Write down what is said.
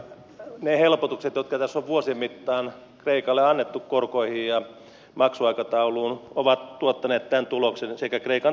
ne helpotukset jotka tässä on vuosien mittaan kreikalle annettu korkoihin ja maksuaikatauluun sekä kreikan talouskehitys ovat tuottaneet tämän tuloksen